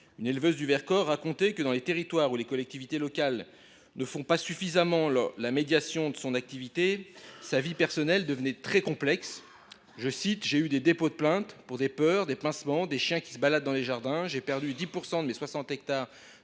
Une éleveuse du Vercors m’a raconté que, dans les territoires où les collectivités locales n’assuraient pas suffisamment la médiation de son activité, sa vie personnelle devenait très complexe. Elle m’a dit recevoir des dépôts de plainte pour des peurs, des pincements, des chiens qui se baladent dans les jardins. Elle a perdu 10 % de ses 60 hectares